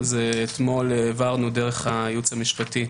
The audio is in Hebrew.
זה נכון לא רק לגבי ארצות הברית,